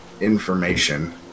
information